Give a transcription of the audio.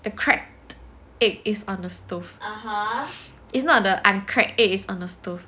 the cracked egg is on the stove it's not the uncracked egg on the stove